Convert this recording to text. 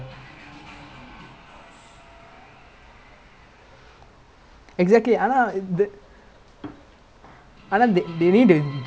ya but that means ya lah but that they still need some time to work it out although they are good players as a team dortment like strong ah தான் இருக்காங்க:thaan irukkaanga but I'm saying like the